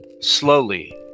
Slowly